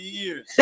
years